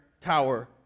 tower